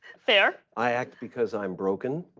fair. i act because i'm broken